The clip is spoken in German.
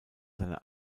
seine